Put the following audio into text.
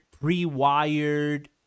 pre-wired